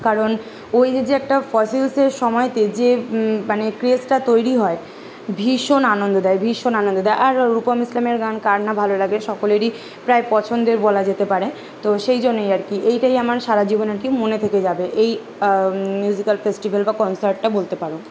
কারণ ওই যে যে একটা ফসিলসের সময়তে যে মানে ক্রেজটা তৈরি হয় ভীষণ আনন্দ দেয় ভীষণ আনন্দ দেয় আর রূপম ইসলামের গান কার না ভালো লাগে সকলেরই প্রায় পছন্দের বলা যেতে পারে তো সেই জন্যই আর কি এইটাই আমার সারা জীবন আর কি মনে থেকে যাবে এই মিউজিক্যাল ফেস্টিভ্যাল বা কনসার্টটা বলতে পারো